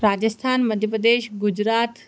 Rajasthan Madhya Pradesh Gujarat